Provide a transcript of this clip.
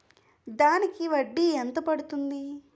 దానికి వడ్డీ ఎంత పడుతుంది?